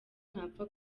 ntapfa